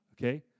Okay